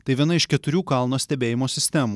tai viena iš keturių kalno stebėjimo sistemų